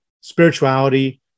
spirituality